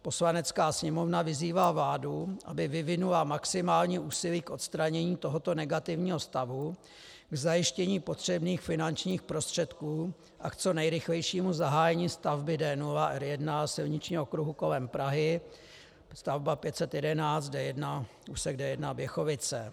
Poslanecká sněmovna vyzývá vládu, aby vyvinula maximální úsilí k odstranění tohoto negativního stavu, k zajištění potřebných finančních prostředků a k co nejrychlejšímu zahájení stavby D0 silničního okruhu kolem Prahy, stavba 511, úsek D1 Běchovice.